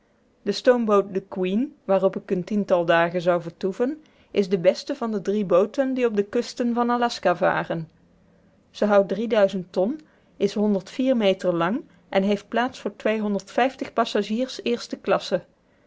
de stoomboot the queen waarop ik een tiental dagen zou vertoeven is de beste van de drie booten die op de kusten van aljaska varen ze houdt ton is meter lang en heeft plaats voor passagiers eerste klasse